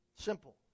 Simple